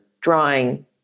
drawing